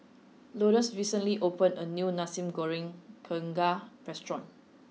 Lourdes recently opened a new Nasi Goreng Kerang restaurant